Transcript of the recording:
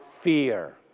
fear